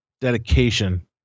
dedication